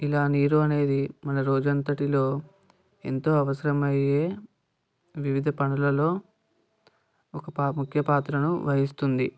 ఇలా నీరు అనేది మన రోజు అంతటిలో ఎంతో అవసరమయ్యే వివిధ పనులలో ఒక ముఖ్య పాత్రను వహిస్తుంది